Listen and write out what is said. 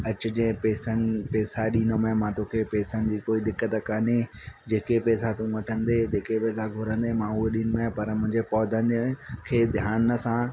अचिजे पेसनि पेसा ॾींदो माएं मां तोखे पेसनि जी कोई दिक़त कोन्हे जेके पेसा तूं वठंदे जेके पेसा घुरंदे मां उहे ॾींदोममै पर मुंहिंजे पौधनि जो खे ध्यान सां